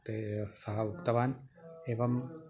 ते सः उक्तवान् एवम्